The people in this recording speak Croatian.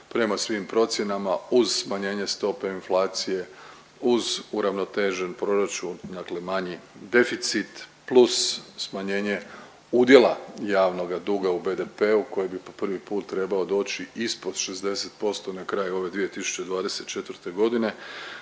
Prema svim procjenama uz smanjenje stope inflacije, uz uravnotežen proračun dakle manji deficit plus smanjenje udjela javnoga duga u BDP-u koji bi po prvi put trebao doći ispod 60% na kraju ove 2024. godine,